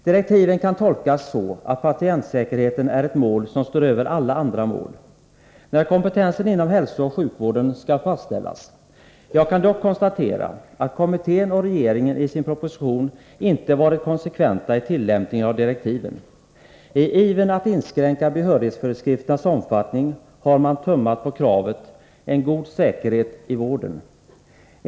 Direktiven kan tolkas så att patientsäkerheten är ett mål som står över alla andra mål, när kompetensen inom hälsooch sjukvården skall fastställas. Jag kan dock konstatera att kommittén och regeringen i sin proposition inte varit konsekventa i tillämpningen av direktiven. I ivern att inskränka behörighetsföreskrifternas omfattning har man tummat på kravet om en god säkerhet i vården.